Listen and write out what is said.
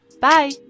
Bye